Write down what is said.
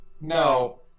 No